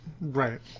right